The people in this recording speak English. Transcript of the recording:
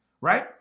Right